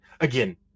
again